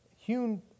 hewn